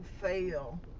fail